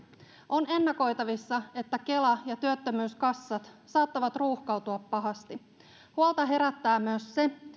on ennakoitavissa että kela ja työttömyyskassat saattavat ruuhkautua pahasti huolta herättää myös se